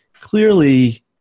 clearly